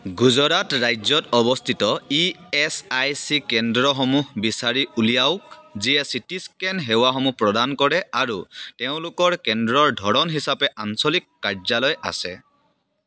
গুজৰাট ৰাজ্যত অৱস্থিত E S I C কেন্দ্ৰসমূহ বিচাৰি উলিয়াওক যিয়ে চি টি স্কেন সেৱাসমূহ প্ৰদান কৰে আৰু তেওঁলোকৰ কেন্দ্ৰৰ ধৰণ হিচাপে আঞ্চলিক কাৰ্যালয় আছে